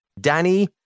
Danny